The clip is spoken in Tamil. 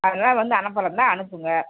அதனால் வந்து அனுப்புறாதாந்தா அனுப்புங்கள்